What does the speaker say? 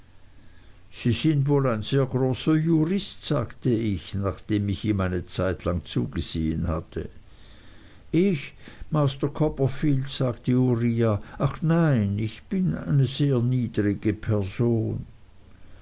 sie sind wohl ein sehr großer jurist sagte ich nachdem ich ihm eine zeitlang zugesehen hatte ich master copperfield sagte uriah ach nein ich bin sehr eine niedrige person